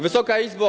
Wysoka Izbo!